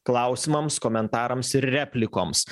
klausimams komentarams ir replikoms